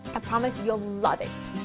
promise you'll love it.